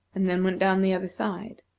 and then went down the other side.